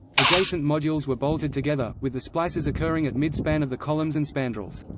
adjacent modules were bolted together, with the splices occurring at mid-span of the columns and spandrels.